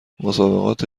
مسابقات